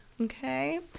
Okay